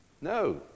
No